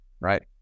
right